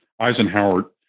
Eisenhower